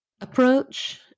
approach